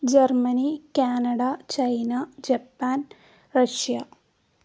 Germany Canada China Japan Russia